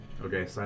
Okay